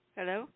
Hello